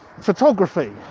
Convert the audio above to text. photography